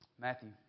Matthew